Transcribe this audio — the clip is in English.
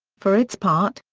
for its part,